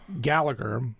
Gallagher